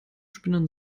spinnern